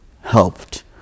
helped